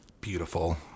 beautiful